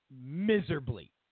miserably